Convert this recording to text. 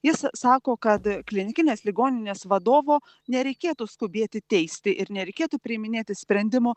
jis sako kad klinikinės ligoninės vadovo nereikėtų skubėti teisti ir nereikėtų priiminėti sprendimų